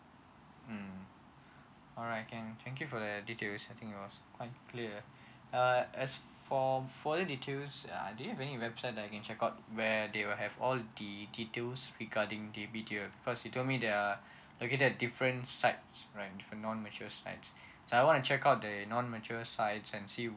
mm alright can thank you for the details I think it was quite clear uh as for further details uh do you have any website that I can check out where they will have all the details regarding the BTO because BTO they are located at many different sites right the non mature sites so I wanna check out the non mature sites and see where